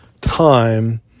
time